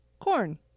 Corn